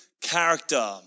character